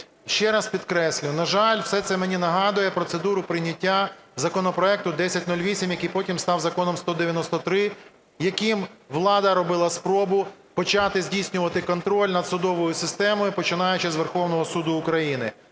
Ще раз підкреслюю, на жаль, все це мені нагадує процедуру прийняття законопроекту 1008, який потім став Законом 193, яким влада робила спробу почати здійснювати контроль над судовою системою, починаючи з Верховного Суду України,